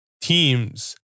teams